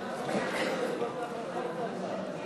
שעה) (הלוואות ומועדי תשלום המימון),